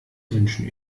wünschen